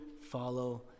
follow